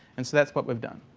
and so that's what we've done.